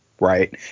Right